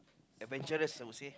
adventurous I would say